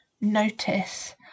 notice